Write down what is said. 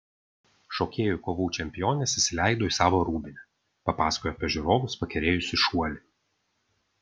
šokėjų kovų čempionės įsileido į savo rūbinę papasakojo apie žiūrovus pakerėjusį šuolį